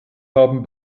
haben